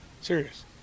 serious